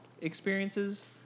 experiences